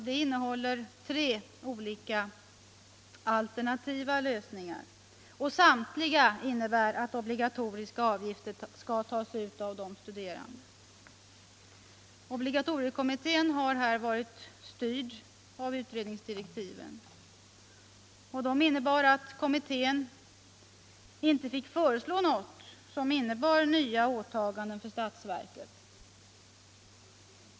Detta innehåller tre olika alternativa lösningar, samtliga innebär att obligatoriska avgifter skall tas ut av de studerande. Obligatoriekommittén har här varit styrd av utredningsdirektiven. De innebar att kommittén inte fick föreslå något som medförde nya åtaganden för statsverket.